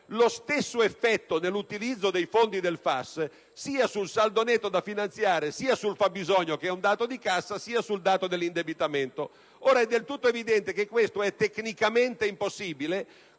lo stesso effetto dell'utilizzo dei fondi del FAS sul saldo netto da finanziare, sul fabbisogno, che è un dato di cassa, e sull'indebitamento. Ora, è del tutto evidente che ciò è tecnicamente impossibile,